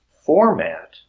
format